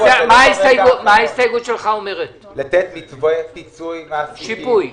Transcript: ההסתייגות שלי אומרת לתת מתווה שיפוי